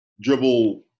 dribble –